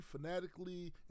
fanatically